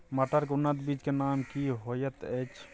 मटर के उन्नत बीज के नाम की होयत ऐछ?